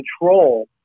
control